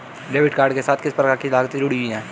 Debit card के साथ किस प्रकार की लागतें जुड़ी हुई हैं?